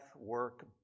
work